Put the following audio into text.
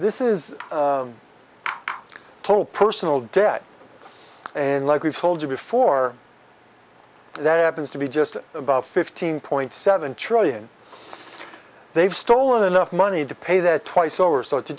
this is total personal debt and like we've told you before that happens to be just about fifteen point seven trillion they've stolen enough money to pay that twice over so to